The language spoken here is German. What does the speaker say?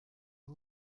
arm